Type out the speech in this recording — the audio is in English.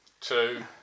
two